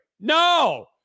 No